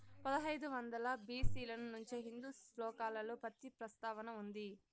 పదహైదు వందల బి.సి ల నుంచే హిందూ శ్లోకాలలో పత్తి ప్రస్తావన ఉంది